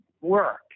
work